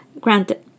Granted